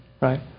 right